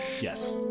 Yes